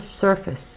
surface